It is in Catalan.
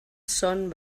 són